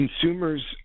consumers